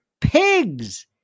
pigs